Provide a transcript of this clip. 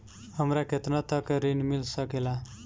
हमरा केतना तक ऋण मिल सके ला?